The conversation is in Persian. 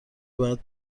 باید